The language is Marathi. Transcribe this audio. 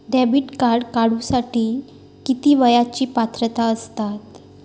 डेबिट कार्ड काढूसाठी किती वयाची पात्रता असतात?